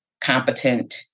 competent